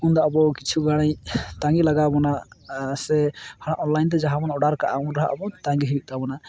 ᱩᱱ ᱫᱚ ᱟᱵᱚ ᱠᱤᱪᱷᱩ ᱜᱷᱟᱹᱲᱤᱡ ᱛᱟᱺᱜᱤ ᱞᱟᱜᱟᱣ ᱵᱚᱱᱟ ᱟᱻ ᱥᱮ ᱚᱱᱞᱟᱭᱤᱱ ᱛᱮ ᱡᱟᱦᱟᱸ ᱵᱚᱱ ᱚᱰᱟᱨ ᱠᱟᱜᱼᱟ ᱩᱱᱨᱮ ᱦᱚᱸ ᱟᱵᱚ ᱛᱟᱺᱜᱤ ᱦᱩᱭᱩᱜ ᱛᱟᱵᱚᱱᱟ